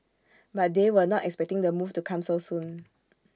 but they were not expecting the move to come so soon